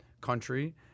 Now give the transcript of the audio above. country